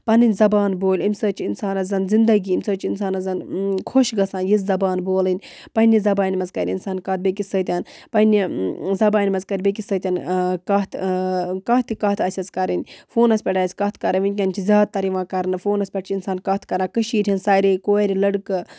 پَنٕنۍ زَبان بولہِ اَمہِ سۭتۍ چھُ اِنسانَس زَن زِنٛدَگی اَمہِ سۭتۍ چھُ اِنسانَس زَن خۄش گژھان یِژھ زَبان بولٕنۍ پَنٕنہِ زَبانہِ منٛز کرِ اِنسان کَتھ بیٚیِس سۭتٮ۪ن پَنٕنہِ زَبانہِ منٛز کرِ بیٚیِس سۭتۍ کَتھ آ کانٛہہ تہِ کَتھ آسٮ۪س کَرٕنۍ فونَس پٮ۪ٹھ آسہِ کَتھ کَرٕنۍ وُنکٮ۪ن چھِ زیادٕ تر یِوان کَرنہٕ فونَس پٮ۪ٹھ چھُ اِنسان کَتھ کران کٔشیٖرِ ہٕنٛدۍ ساریٚے کورِ لٔڑکہٕ